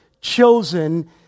chosen